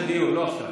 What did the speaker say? לדיון, לא עכשיו.